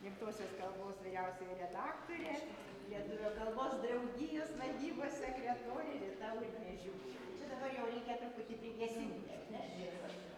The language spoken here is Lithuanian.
gimtosios kalbos vyriausioji redaktorė lietuvių kalbos draugijos valdybos sekretorė rita urnėžiūtė dabar jau reikia truputį prigesinti ar ne šviesas